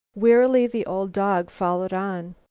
wearily the old dog followed on.